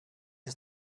ist